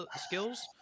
skills